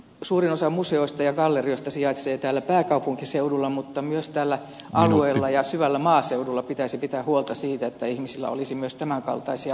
suurin osa museoista ja gallerioista sijaitsee täällä pääkaupunkiseudulla mutta myös alueilla ja syvällä maaseudulla pitäisi pitää huolta siitä että ihmisillä olisi myös tämän kaltaisia palveluja